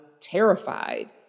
terrified